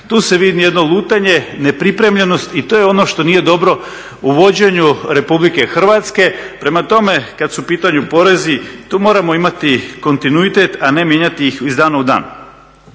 Tu se vidi jedno lutanje, nepripremljenost i to je ono što nije dobro u vođenju RH. Prema tome, kad su u pitanju porezi, tu moramo imati kontinuitet, a ne mijenjati ih iz dana u dan.